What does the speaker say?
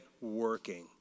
working